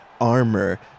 armor